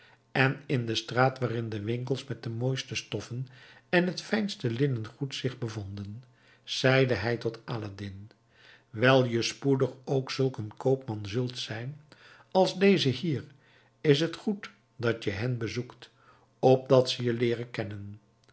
en in de straat waarin de winkels met de mooiste stoffen en het fijnste linnengoed zich bevonden zeide hij tot aladdin wijl je spoedig ook zulk een koopman zult zijn als deze hier is het goed dat je hen bezoekt opdat ze je leeren kennen